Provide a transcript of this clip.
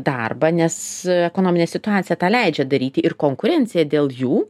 darbą nes ekonominė situacija tą leidžia daryti ir konkurencija dėl jų